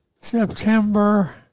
September